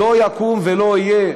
לא יקום ולא יהיה.